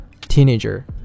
teenager